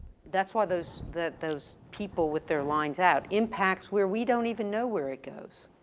that's why those, that those people with their lines out, impacts where we don't even know where it goes,